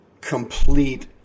complete